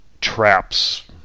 traps